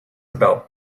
about